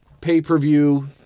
pay-per-view